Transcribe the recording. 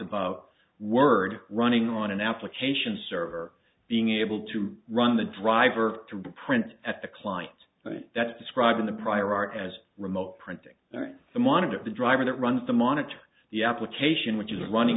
about word running on an application server being able to run the driver to print at the client that's described in the prior art as remote printing the monitor the driver that runs the monitor the application which is running